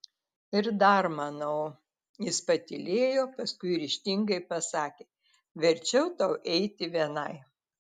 ir dar manau jis patylėjo paskui ryžtingai pasakė verčiau tau eiti vienai